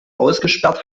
ausgesperrt